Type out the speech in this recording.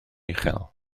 uchel